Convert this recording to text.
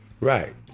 Right